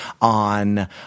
on